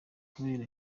kubera